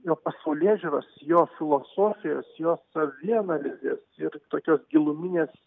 jo pasaulėžiūros jo filosofijos jo savianalizės ir tokios giluminės